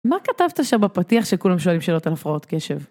מה כתבת שם בפתיח שכולם שואלים שאלות על הפרעות קשב?